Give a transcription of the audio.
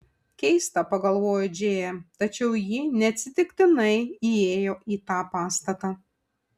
keista pagalvojo džėja tačiau ji neatsitiktinai įėjo į tą pastatą